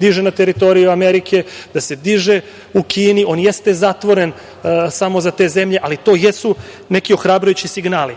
diže na teritoriju Amerike, da se diže u Kini. On jeste zatvoren samo za te zemlje, ali to jesu neki ohrabrujući signali.